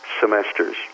semesters